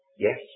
yes